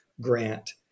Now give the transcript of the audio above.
grant